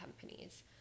companies